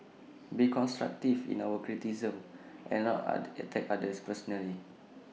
be constructive in our criticisms and not are attack others personally